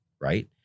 right